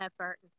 effort